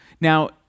Now